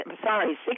sorry